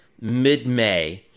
mid-May